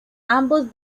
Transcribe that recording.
ambos